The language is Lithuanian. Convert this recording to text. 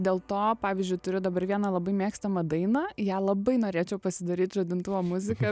dėl to pavyzdžiui turiu dabar vieną labai mėgstamą dainą ją labai norėčiau pasidaryt žadintuvo muzika